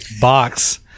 box